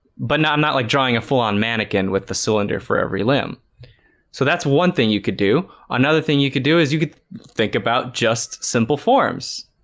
but now, i'm not like drawing a full-on mannequin with the cylinder for every limb so that's one thing you could do. another thing you could do is you could think about just simple forms